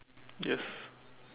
yes